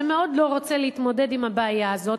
שמאוד לא רוצה להתמודד עם הבעיה הזאת,